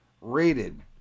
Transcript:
rated